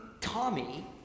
Tommy